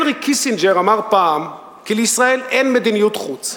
הנרי קיסינג'ר אמר פעם כי לישראל אין מדיניות חוץ,